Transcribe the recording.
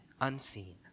unseen